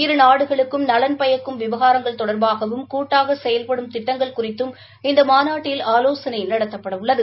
இரு நாடுகளுக்கும் நலன் பயக்கும் விவகாரங்கள் தொடர்பாகவும் கூட்டாக செயல்படும் திட்டங்கள் குறித்தும் இந்த மாநாட்டில் ஆலோசனை நடத்தப்பட உள்ளது